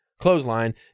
clothesline